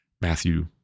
Matthew